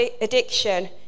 addiction